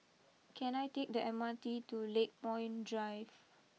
can I take the M R T to Lakepoint Drive